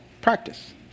practice